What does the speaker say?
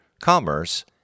commerce